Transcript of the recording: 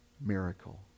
miracle